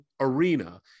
Arena